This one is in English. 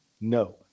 no